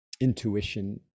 intuition